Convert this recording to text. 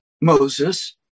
Moses